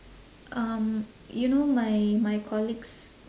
um you know my my colleagues